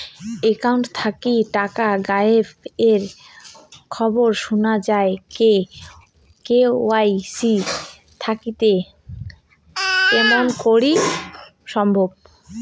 Account থাকি টাকা গায়েব এর খবর সুনা যায় কে.ওয়াই.সি থাকিতে কেমন করি সম্ভব?